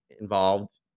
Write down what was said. involved